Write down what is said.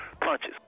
punches